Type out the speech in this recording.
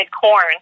corn